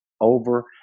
over